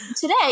today